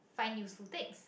find useful things